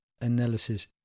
analysis